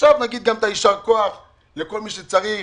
ועכשיו נגיד גם את היישר-כוח לכל מי שצריך.